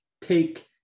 take